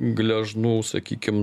gležnų sakykim